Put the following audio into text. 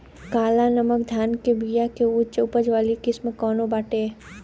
काला नमक धान के बिया के उच्च उपज वाली किस्म कौनो बाटे?